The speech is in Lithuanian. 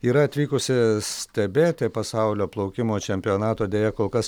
yra atvykusi stebėti pasaulio plaukimo čempionato deja kol kas